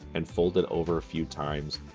and fold it over a few times.